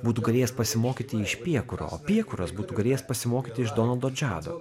būtų galėjęs pasimokyti iš piekuro o piekuras būtų galėjęs pasimokyti iš donaldo džado